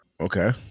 Okay